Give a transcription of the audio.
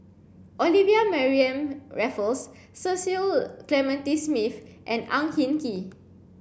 Olivia Mariamne Raffles Cecil Clementi Smith and Ang Hin Kee